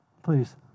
Please